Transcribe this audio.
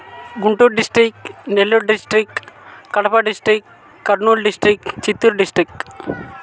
Guntur district Nellore district Kadapa district Kurnool district Chittoor district